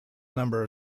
number